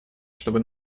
чтобы